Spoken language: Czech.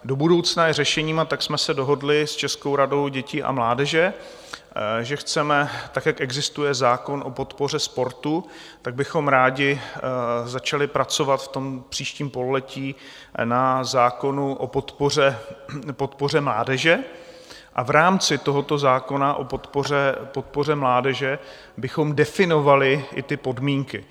Do budoucna je řešením, a tak jsme se dohodli s Českou radou dětí a mládeže, že chceme tak, jak existuje zákon o podpoře sportu, tak bychom rádi začali pracovat v tom příštím pololetí na zákonu o podpoře mládeže a v rámci tohoto zákona o podpoře mládeže bychom definovali i ty podmínky.